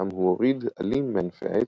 איתם הוא הוריד עלים מענפי העצים.